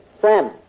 Sam